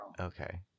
Okay